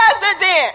president